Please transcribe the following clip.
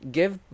Give